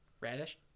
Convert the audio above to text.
radish